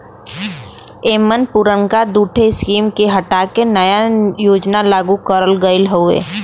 एमन पुरनका दूठे स्कीम के हटा के नया योजना लागू करल गयल हौ